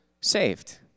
saved